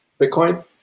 Bitcoin